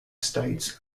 states